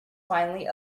finally